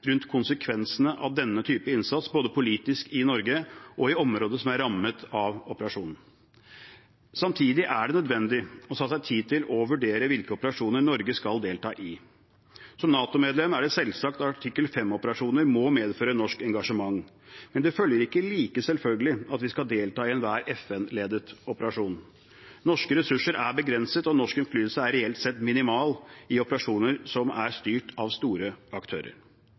rundt konsekvensene av denne type innsats både politisk i Norge og i området som er rammet av operasjonen. Samtidig er det nødvendig å ta seg tid til å vurdere hvilke operasjoner Norge skal delta i. Som NATO-medlem er det selvsagt at artikkel 5-operasjoner må medføre norsk engasjement. Men det er ikke like selvfølgelig at vi skal delta i enhver FN-ledet operasjon. Norske ressurser er begrenset, og norsk innflytelse er reelt sett minimal i operasjoner som er styrt av store aktører.